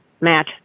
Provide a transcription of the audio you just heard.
Matt